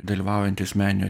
dalyvaujantis menio